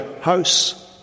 house